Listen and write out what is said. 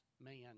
man